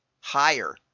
higher